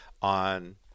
On